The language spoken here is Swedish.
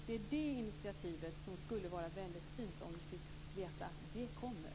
Det är detta initiativ som det vore fint att höra att det kommer.